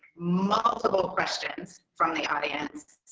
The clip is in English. multiple questions from the audience.